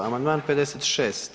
Amandman 56.